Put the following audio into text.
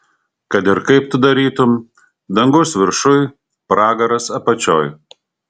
kad ir kaip tu darytum dangus viršuj pragaras apačioj